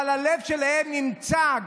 אבל הלב שלהן נמצא,